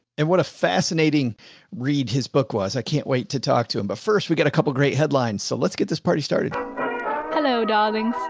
and what a fascinating read his book was. i can't wait to talk to him, but first we got a couple of great headlines. so let's get this party. hello darlings.